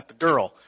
epidural